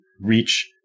reach